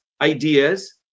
ideas